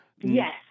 Yes